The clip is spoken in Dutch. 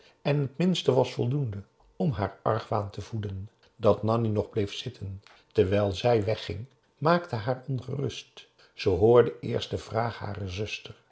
en het minste was voldoende om haar argwaan te voeden dat nanni nog bleef zitten terwijl zij wegging maakte haar ongerust ze hoorde eerst de vraag harer zuster